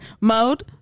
mode